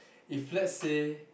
if let's say